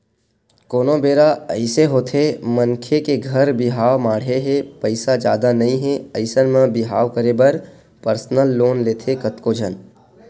कोनो बेरा अइसे होथे मनखे के घर बिहाव माड़हे हे पइसा जादा नइ हे अइसन म बिहाव करे बर परसनल लोन लेथे कतको झन